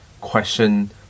question